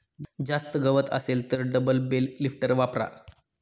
जास्त गवत असेल तर डबल बेल लिफ्टर वापरा